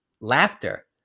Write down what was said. laughter